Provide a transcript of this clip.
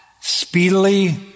speedily